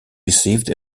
received